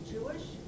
Jewish